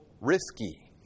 risky